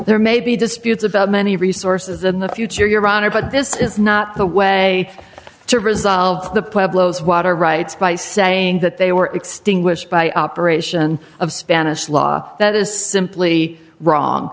there may be disputes about many resources in the future your honor but this is not the way to resolve the problems water rights by saying that they were extinguished by operation of spanish law that is simply wrong